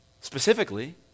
specifically